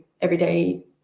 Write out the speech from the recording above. Everyday